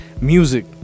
music